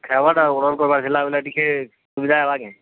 ଖାଇବାଟା ଅର୍ଡ଼ର କରବାର୍ ଥିଲା ବୋଲେ ଟିକେ ସୁବିଧା ହେବା କେଁ